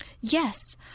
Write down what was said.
Yes